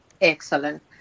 Excellent